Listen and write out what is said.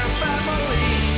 family